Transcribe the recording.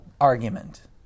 argument